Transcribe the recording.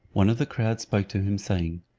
one of the crowd spoke to him saying,